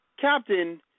Captain